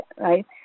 right